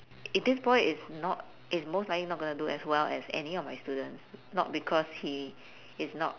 if this boy is not is mostly likely not gonna do as well as any of my students not because he is not